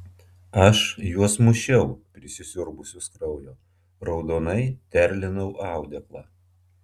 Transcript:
aš juos mušiau prisisiurbusius kraujo raudonai terlinau audeklą